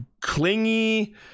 clingy